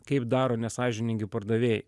kaip daro nesąžiningi pardavėjai